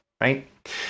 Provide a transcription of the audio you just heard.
right